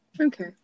Okay